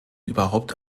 überhaupt